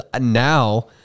now